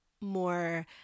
more